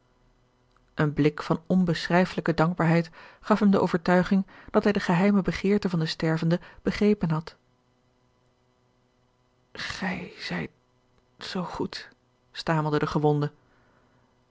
een blik van onbeschrijfelijke dankbaarheid gaf hem de overtuiging dat hij de geheime begeerte van den stervende begrepen had gij zijt zoo goed stamelde de gewonde